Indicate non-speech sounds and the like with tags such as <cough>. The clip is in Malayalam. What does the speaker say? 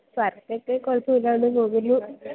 <unintelligible> ഒക്കെ കുഴപ്പം ഇല്ല എന്ന് തോന്നുന്നു